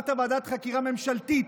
ואמרת: ועדת חקירה ממשלתית.